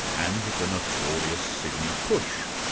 and the notorious sydney push.